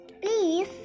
please